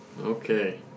Okay